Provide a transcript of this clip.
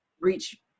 reach